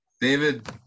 David